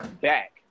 back